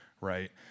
right